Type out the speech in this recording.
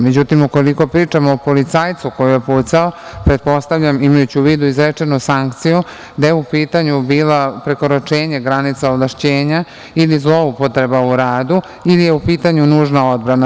Međutim, ukoliko pričamo o policajcu koji je pucao, pretpostavljam imajući u vidu izrečenu sankciju, da je u pitanju bilo prekoračenje granica ovlašćenja ili zloupotreba u radu ili je u pitanju nužna odbrana.